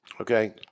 Okay